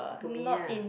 to me ah